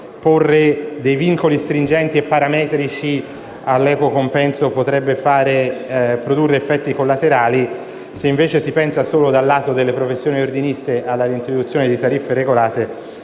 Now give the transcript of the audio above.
porre vincoli stringenti e parametrici all'equo compenso potrebbe produrre effetti collaterali. Se invece si pensa, solo sul lato delle professioni ordinistiche, alle reintroduzione di tariffe regolate,